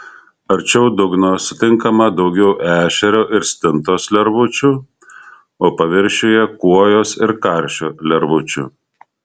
arčiau dugno sutinkama daugiau ešerio ir stintos lervučių o paviršiuje kuojos ir karšio lervučių